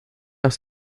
aus